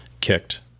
kicked